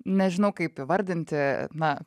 nežinau kaip įvardinti na